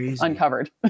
uncovered